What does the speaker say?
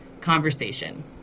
conversation